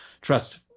trust